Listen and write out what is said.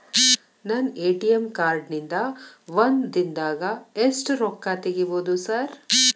ನನ್ನ ATM card ನಿಂದಾ ಒಂದ್ ದಿಂದಾಗ ಎಷ್ಟ ರೊಕ್ಕಾ ತೆಗಿಬೋದು ಸಾರ್?